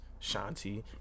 Shanti